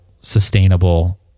sustainable